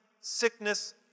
sickness